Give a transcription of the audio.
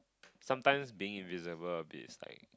sometimes being invisible a bit is like